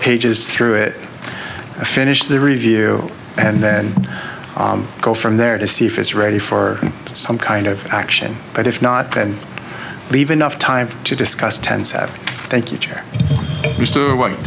pages through it finish the review and then go from there to see if it's ready for some kind of action but if not then leave enough time to discuss tense after thank you